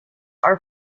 are